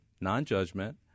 non-judgment